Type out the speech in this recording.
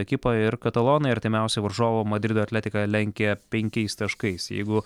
ekipą ir katalonai artimiausią varžovą madrido atletiką lenkia penkiais taškais jeigu